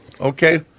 okay